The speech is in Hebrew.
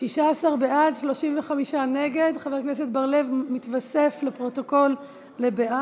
(תיקון, פטור מאגרה למוסד ללא כוונות רווח).